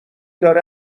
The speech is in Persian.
داره